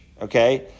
okay